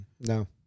No